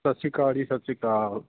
ਸਤਿ ਸ਼੍ਰੀ ਅਕਾਲ ਜੀ ਸਤਿ ਸ਼੍ਰੀ ਅਕਾਲ